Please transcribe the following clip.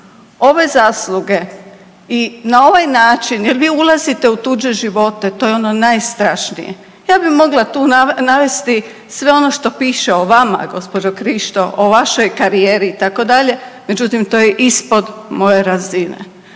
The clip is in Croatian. ove zasluge i na ovaj način jer vi ulazite u tuđe živote to je ono najstrašnije. Ja bi mogla tu navesti sve ono što piše o vama gospođo Krišto o vašoj karijeri itd., međutim to je ispod moje razine.